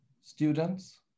students